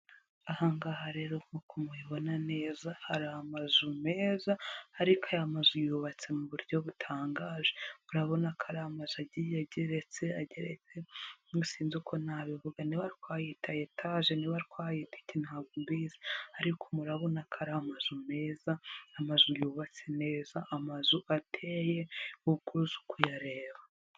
Aha ngaha rero nkuko mubibona neza hari amazu meza, ariko aya mazu yubatse mu buryo butangaje, urabona ko arimazu agiye yageretse ageretse mu sinzize uko nabivuga niba twayita etaje niba twayita iki ntabwo mbizi, ariko murabona ko ari amazu meza, amazu yubatse neza, amazu ateye ubwuzu kuyareba.